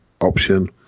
option